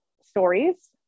stories